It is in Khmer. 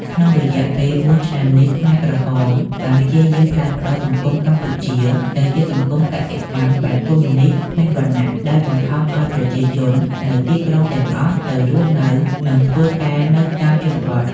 ក្នុងរយៈពេល ៤ ឆ្នាំនេះ ខ្មែរក្រហមបានព្យាយាមផ្លាស់ប្តូរសង្គមកម្ពុជាទៅជាសង្គមកសិកម្មបែបកុម្មុយនិស្តគ្មានវណ្ណៈ ដោយបង្ខំឱ្យប្រជាជននៅទីក្រុងទាំងអស់ទៅរស់នៅ និងធ្វើការនៅតាមជនបទ។